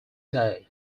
day